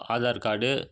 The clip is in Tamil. ஆதார் கார்டு